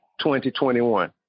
2021